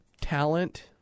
talent